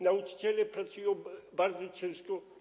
Nauczyciele pracują bardzo ciężko.